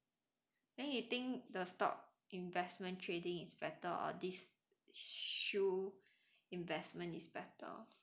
then you think the stock investment trading is better or this shoe investment is better